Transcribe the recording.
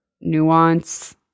Nuance